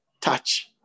touch